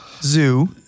zoo